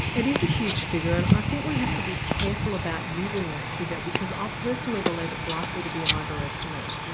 it is a huge figure and i think we have to be careful about using that figure because i personally believe it's likely to be an over-estimate.